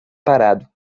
parado